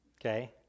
okay